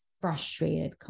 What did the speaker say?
frustrated